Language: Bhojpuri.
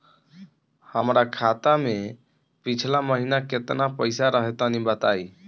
हमरा खाता मे पिछला महीना केतना पईसा रहे तनि बताई?